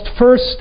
first